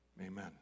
Amen